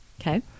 Okay